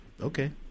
Okay